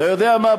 אתה יודע מה?